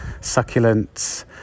succulents